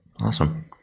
awesome